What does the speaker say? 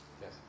Yes